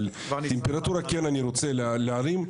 אבל טמפרטורה כן אני רוצה להרים,